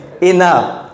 Enough